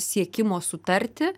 siekimo sutarti